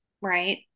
right